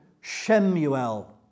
Shemuel